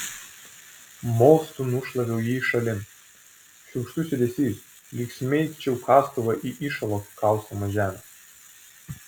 mostu nušlaviau jį šalin šiurkštus judesys lyg smeigčiau kastuvą į įšalo kaustomą žemę